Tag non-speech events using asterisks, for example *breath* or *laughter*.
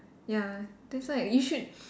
ya that's why you should *breath*